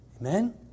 Amen